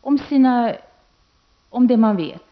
om vissa kunskaper.